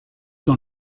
dans